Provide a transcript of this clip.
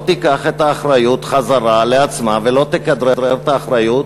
לא תיקח את האחריות חזרה לעצמה ולא תכדרר את האחריות,